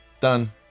Done